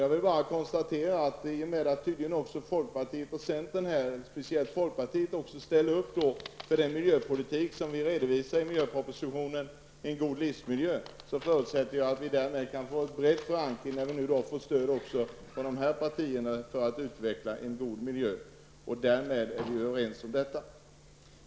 Jag vill bara konstatera att i och med att tydligen också folkpartiet och centern -- speciellt folkpartiet -- ställer upp för den miljöpolitik som vi redovisar i miljöpropositionen om en god livsmiljö, förutsätter jag att vi kan få en bred förankring för att utveckla en god miljö. Därmed är vi överens om detta.